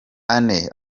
anne